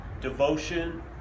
devotion